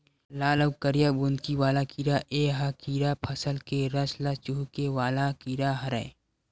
लाल अउ करिया बुंदकी वाला कीरा ए ह कीरा फसल के रस ल चूंहके वाला कीरा हरय